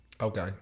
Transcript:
Okay